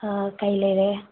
ꯑꯥ ꯀꯩ ꯂꯩꯔꯦ